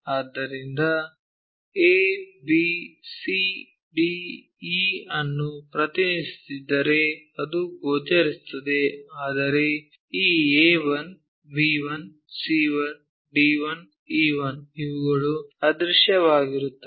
ಆದ್ದರಿಂದ a b c d e ಅನ್ನು ಪ್ರತಿನಿಧಿಸುತ್ತಿದ್ದರೆ ಅದು ಗೋಚರಿಸುತ್ತದೆ ಆದರೆ ಈ A 1 B 1 C 1 D 1 E 1 ಇವುಗಳು ಅದೃಶ್ಯವಾಗಿರುತ್ತವೆ